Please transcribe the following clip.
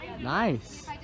Nice